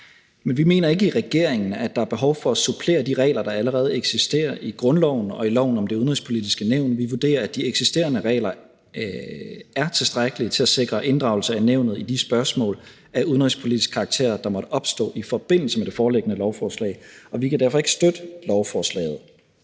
Men vi mener ikke i regeringen, at der er behov for at supplere de regler, der allerede eksisterer i grundloven og i loven om Det Udenrigspolitiske Nævn. Vi vurderer, at de eksisterende regler er tilstrækkelige til at sikre inddragelse af Nævnet i de spørgsmål af udenrigspolitisk karakter, der måtte opstå i forbindelse med det foreliggende lovforslag. Vi kan derfor ikke støtte ændringsforslaget.